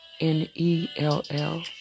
N-E-L-L